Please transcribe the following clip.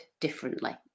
differently